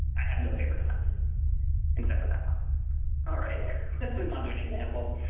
i have no favorite events except for that one. all right, let's move on to an example.